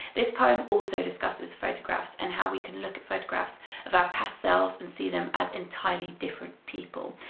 this poem also discusses photographs and how we can look at photographs of our past selves and see them as entirely different people.